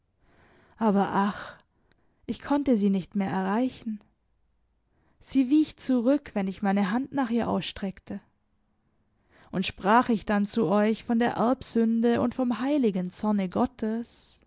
aber ach ich konnte sie nicht mehr erreichen sie wich zurück wenn ich meine hand nach ihr ausstreckte und sprach ich dann zu euch von der erbsünde und vom heiligen zorne gottes